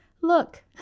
look